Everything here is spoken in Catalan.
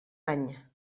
any